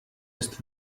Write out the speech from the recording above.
ist